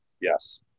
Yes